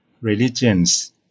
religions